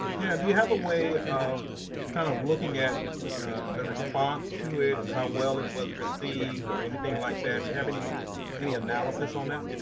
yeah, do you have a way of kind of looking at the response to it and how well it was received or anything like that, do you have any any analysis on that?